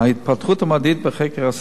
ההתפתחות המדעית בחקר הסרטן,